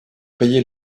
payer